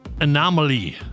Anomaly